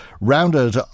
rounded